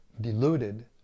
deluded